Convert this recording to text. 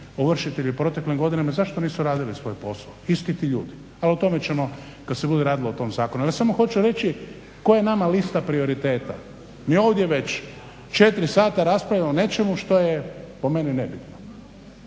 ovršitelji u proteklim godinama i zašto nisu radili svoj posao isti ti ljudi, ali o tome ćemo kad se bude radilo o tom zakonu. Ja samo hoću reći koja je nama lista prioriteta. Mi ovdje već 4 sata raspravljamo o nečemu što je po meni nebitno.